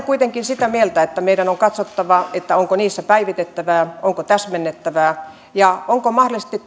kuitenkin sitä mieltä että meidän on katsottava onko niissä päivitettävää onko täsmennettävää ja onko mahdollisesti